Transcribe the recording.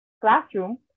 classroom